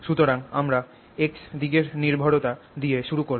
সুতরাং আমরা x দিকের নির্ভরতা দিয়ে শুরু করব